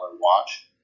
watch